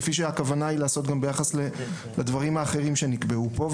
כפי הכוונה לעשות גם ביחס לדברים אחרים שנקבעו פה,